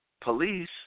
police